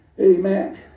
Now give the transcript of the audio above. Amen